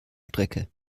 strecke